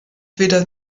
weder